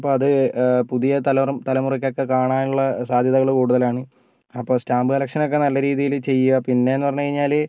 അപ്പോൾ അത് പുതിയ തല തലമുറയ്ക്കൊക്കെ കാണാനുള്ള സാധ്യതകൾ കൂടുതലാണ് അപ്പോൾ സ്റ്റാമ്പ് കളക്ഷൻ ഒക്കെ നല്ല രീതിയിൽ ചെയ്യുക പിന്നെ എന്ന് പറഞ്ഞു കഴിഞ്ഞാൽ